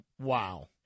Wow